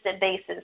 basis